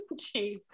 Jeez